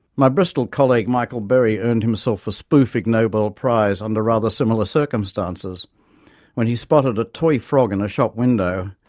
my bristol colleague michael berry earned himself a spoof ig nobel prize under rather similar circumstances when he spotted a toy frog in a shop window,